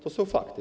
To są fakty.